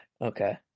okay